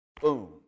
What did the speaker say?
boom